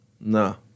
No